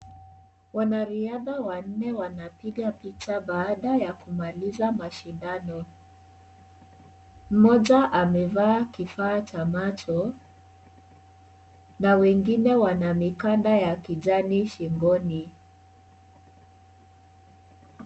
Wanariadha wanne wanapiga picha baada ya kumaliza mashindano. Mmoja amevaa kifaa cha macho, na wengine wana mikanda ya kijani shingoni.